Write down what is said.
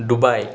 Dubai